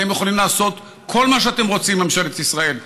אתם יכולים לעשות כל מה שאתם רוצים, ממשלת ישראל.